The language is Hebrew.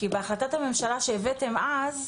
כי בהחלטת הממשלה שהבאתם אז,